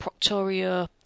Proctorio